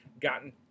gotten